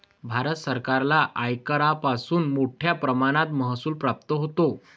भारत सरकारला आयकरापासून मोठया प्रमाणात महसूल प्राप्त होतो